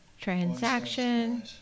transaction